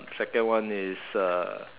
second one is uh